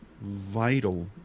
vital